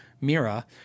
Mira